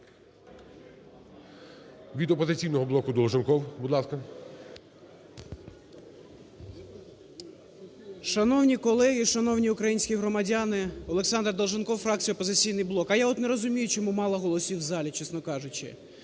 Від "Опозиційного блоку" Долженков. Будь ласка. 11:00:15 ДОЛЖЕНКОВ О.В. Шановні колеги, шановні українські громадяни! Олександр Долженков, фракція "Опозиційний блок". А я от не розумію, чому мало голосів в залі, чесно кажучи.